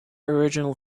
original